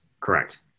Correct